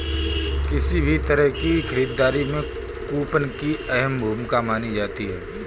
किसी भी तरह की खरीददारी में कूपन की अहम भूमिका मानी जाती है